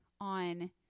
on